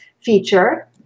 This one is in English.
feature